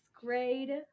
grade